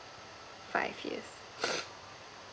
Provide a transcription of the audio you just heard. five years